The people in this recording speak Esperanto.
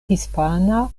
hispana